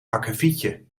akkefietje